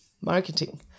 marketing